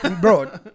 Bro